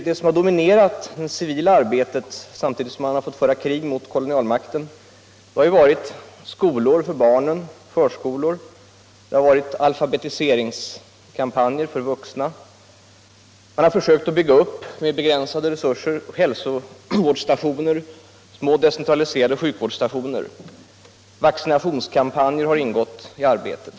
Det som dominerat det civila arbetet, samtidigt som man fått föra krig mot kolonialmakten, har varit skolor för barnen, förskolor, alfabetiseringskampanjer för vuxna. Man har försökt bygga upp —- med begränsade resurser — hälsostationer, små decentraliserade sjukvårdsstationer; vaccinationskampanjer har ingått i arbetet.